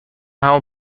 همون